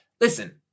listen